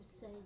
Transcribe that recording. say